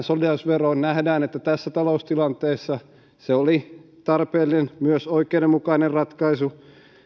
solidaarisuusveroon nähdään että tässä taloustilanteessa se oli tarpeellinen myös oikeudenmukainen ratkaisu